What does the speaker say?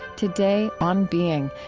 today, on being,